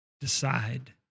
decide